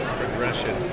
progression